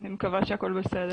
אני מקווה שהכול בסדר.